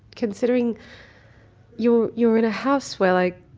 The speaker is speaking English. considering you're you're in a house where, like.